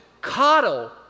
coddle